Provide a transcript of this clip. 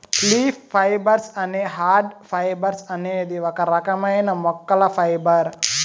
leaf fibres లేదా hard fibres అనేది ఒక రకమైన మొక్కల ఫైబర్